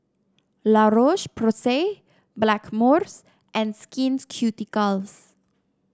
La Roche Porsay Blackmores and Skins Ceuticals